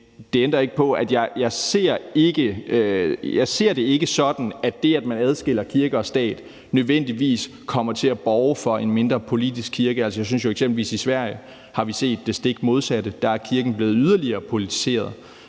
det ændrer ikke på, at jeg ikke ser det sådan, at det, at man adskiller kirke og stat, nødvendigvis kommer til at borge for en mindre politisk kirke. Jeg synes jo eksempelvis, at vi i Sverige har set det stik modsatte. Der er kirken blevet yderligere politiseret.